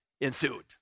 ensued